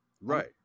Right